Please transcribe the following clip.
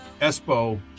Espo